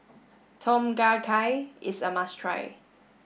Tom Kha Gai is a must try